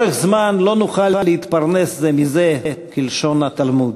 לאורך זמן לא נוכל להתפרנס זה מזה, כלשון התלמוד,